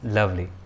Lovely